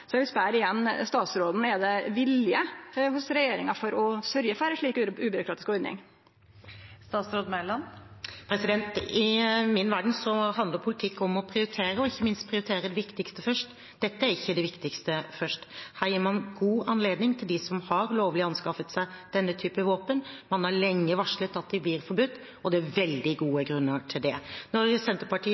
igjen: Er det vilje hos regjeringa til å sørgje for ei slik ubyråkratisk ordning? I min verden handler politikk om å prioritere og ikke minst om å prioritere det viktigste først – dette er ikke det viktigste først. Her gir man god anledning til dem som har anskaffet seg denne typen våpen lovlig, man har lenge varslet at de blir forbudt, og det er veldig gode grunner til det. Når Senterpartiet